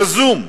יזום,